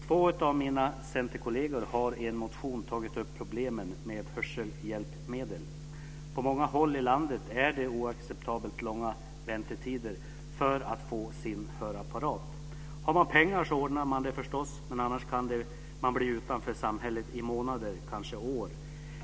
Två av mina centerkollegor har i en motion tagit upp problemen med hörselhjälpmedel. På många håll i landet är det oacceptabelt långa väntetider för att få en hörapparat. Har man pengar ordnar man det förstås, men annars kan man bli utanför samhället i månader och kanske år.